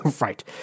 Right